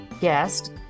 guest